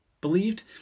believed